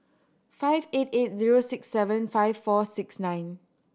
five eight eight zero six seven five four six nine